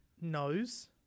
knows